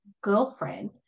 girlfriend